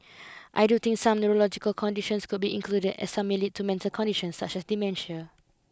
I do think some neurological conditions could be included as some may lead to mental conditions such as dementia